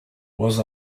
was